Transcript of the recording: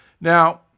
Now